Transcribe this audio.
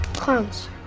Clowns